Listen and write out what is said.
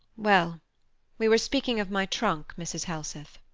well we were speaking of my trunk, mrs. helseth.